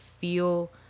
feel